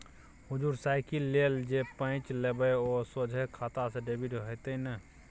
हुजुर साइकिल लेल जे पैंच लेबय ओ सोझे खाता सँ डेबिट हेतेय न